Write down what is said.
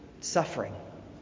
Suffering